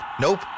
Nope